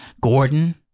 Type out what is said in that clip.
Gordon